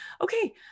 Okay